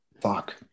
fuck